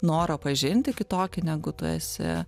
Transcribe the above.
norą pažinti kitokį negu tu esi